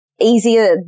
easier